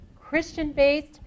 Christian-based